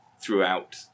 throughout